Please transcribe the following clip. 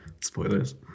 spoilers